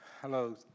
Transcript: Hello